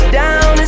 down